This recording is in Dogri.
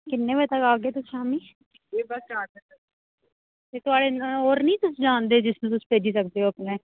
कि'न्ने बजे तक्कर आगे तुस छामीं इ'यै बस चार बजे तक्कर थुआढ़े होर नीं तुस जानदे जिसी तुस भेजी सकदेओ अपने